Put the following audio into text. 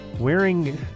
wearing